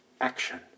action